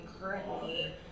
currently